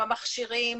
במכשירים,